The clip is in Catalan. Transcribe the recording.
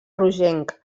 rogenc